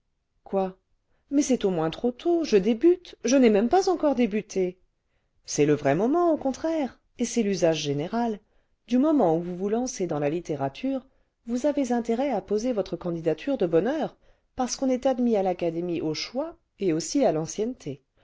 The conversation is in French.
quoi mais c'est au moins trop tôt je débute je n'ai même pas encore débuté c'est le vrai moment au contraire et c'est l'usage général du moment où vous vous lancez dans la littérature vous avez intérêt à poser votre candidature de bonne heure parce qu'on est admis à l'académie au choix et aussi à l'ancienneté